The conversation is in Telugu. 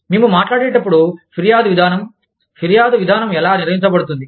మేము మాట్లాడేటప్పుడు ఫిర్యాదు విధానం ఫిర్యాదు విధానం ఎలా నిర్వహించబడుతుంది